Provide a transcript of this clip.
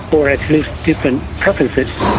or at least different preferences.